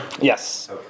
Yes